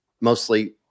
mostly